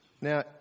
Now